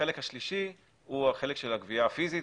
החלק השלישי הוא החלק של הגבייה הפיסית,